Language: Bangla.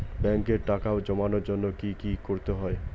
ব্যাংকে টাকা জমানোর জন্য কি কি করতে হয়?